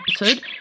episode